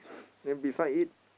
then beside it